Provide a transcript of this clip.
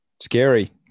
scary